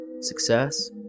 success